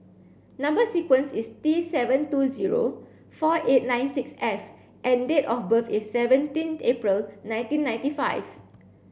number sequence is T seven two zero four eight nine six F and date of birth is seventeen April nineteen ninety five